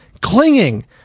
clinging